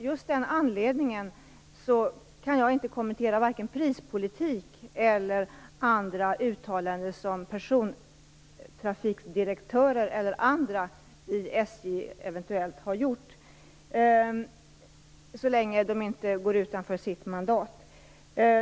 Just av den anledningen kan jag inte kommentera vare sig prispolitik eller andra uttalanden som persontrafikdirektörer och andra i SJ eventuellt har gjort, så länge de inte går utanför sitt mandat.